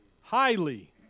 Highly